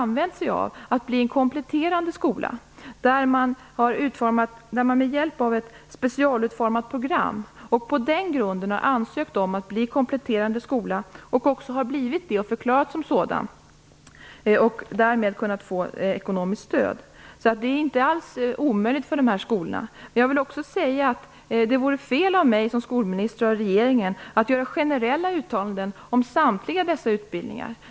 Den möjligheten har flera lanthushållsskolor använt sig av. De har ett specialutformat program. På den grunden har de ansökt om att bli kompletterande skola, och de har också blivit förklarade som sådana. Därmed har de kunnat få ekonomiskt stöd. Det är inte alls omöjligt för de här skolorna. Men jag vill också säga att det vore fel av mig som skolminister, och av regeringen, att göra generella uttalande om samtliga dessa utbildningar.